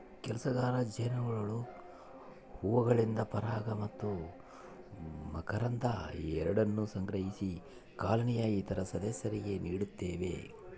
ಕೆಲಸಗಾರ ಜೇನುನೊಣಗಳು ಹೂವುಗಳಿಂದ ಪರಾಗ ಮತ್ತು ಮಕರಂದ ಎರಡನ್ನೂ ಸಂಗ್ರಹಿಸಿ ಕಾಲೋನಿಯ ಇತರ ಸದಸ್ಯರಿಗೆ ನೀಡುತ್ತವೆ